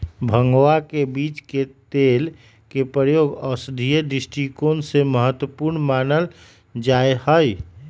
भंगवा के बीज के तेल के प्रयोग औषधीय दृष्टिकोण से महत्वपूर्ण मानल जाहई